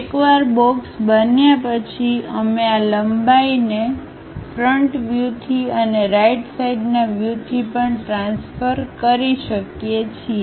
એકવાર બોક્સ બન્યા પછી અમે આ લંબાઈઓને ફ્રન્ટ વ્યૂથી અને રાઈટ સાઈડના વ્યુથી પણ ટ્રાન્સફર કરી શકીએ છીએ